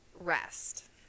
Rest